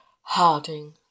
Harding